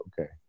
okay